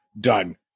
done